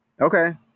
Okay